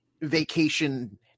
vacation